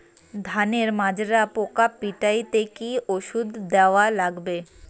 ধানের মাজরা পোকা পিটাইতে কি ওষুধ দেওয়া লাগবে?